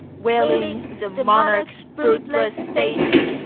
wailing the monarch's fruitless fate,